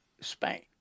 Spain